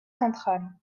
central